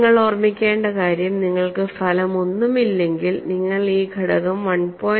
നിങ്ങൾ ഓർമ്മിക്കേണ്ട കാര്യം നിങ്ങൾക്ക് ഫലമൊന്നുമില്ലെങ്കിൽ നിങ്ങൾ ഈ ഘടകം 1